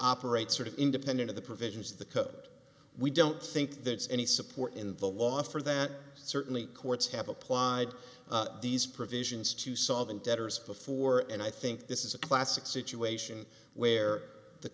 operate sort of independent of the provisions of the code we don't think there's any support in the law for that certainly courts have applied these provisions to solvent debtors before and i think this is a classic situation where the